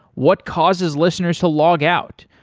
what causes listeners to log out,